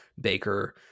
Baker